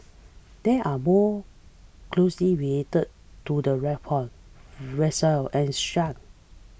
they are more closely related to the raccoon weasel and skunk